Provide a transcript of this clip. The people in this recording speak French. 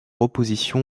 opposition